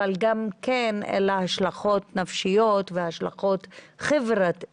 אלא גם השלכות נפשיות וחברתיות.